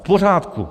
V pořádku.